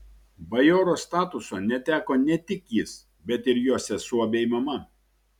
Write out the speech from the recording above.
bajoro statuso neteko ne tik jis bet ir jo sesuo bei mama